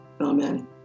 amen